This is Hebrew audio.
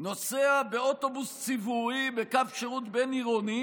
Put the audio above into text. "נוסע באוטובוס ציבורי בקו שירות בין-עירוני